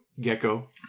Gecko